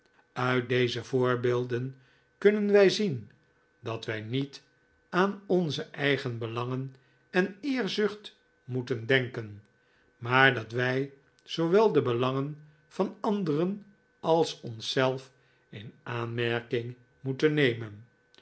uit deze voorbeelden kunnen wij zien dat wij niet aan onze eigen belangen en eerzucht moeten denken maar dat wij zoowel de belangen van anderen als van onszelf in aanmerking moeten nemen